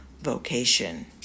vocation